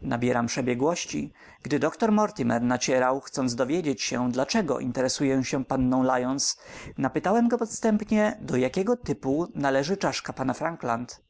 nabieram przebiegłości gdy doktor mortimer nacierał chcąc dowiedzieć się dlaczego interesuję się panią lyons napytałem go podstępnie do jakiego typu należy czaszka pana frankland